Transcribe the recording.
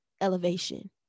elevation